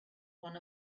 one